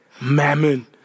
Mammon